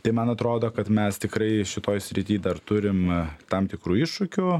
tai man atrodo kad mes tikrai šitoj srity dar turim tam tikrų iššūkių